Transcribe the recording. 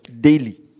daily